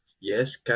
yes